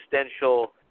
existential